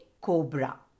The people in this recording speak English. cobra